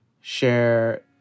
share